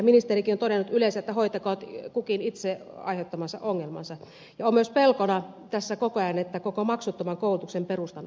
ministerikin on todennut yleensä että hoitakoon kukin itse aiheuttamansa ongelmat ja on myös pelkona tässä koko ajan että koko maksuttoman koulutuksen perustan annetaan sortua